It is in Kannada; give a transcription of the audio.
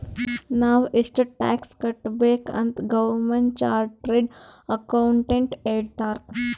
ನಾವ್ ಎಷ್ಟ ಟ್ಯಾಕ್ಸ್ ಕಟ್ಬೇಕ್ ಅಂತ್ ಗೌರ್ಮೆಂಟ್ಗ ಚಾರ್ಟೆಡ್ ಅಕೌಂಟೆಂಟ್ ಹೇಳ್ತಾರ್